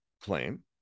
claim